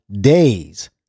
days